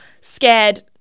scared